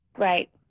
Right